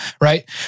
Right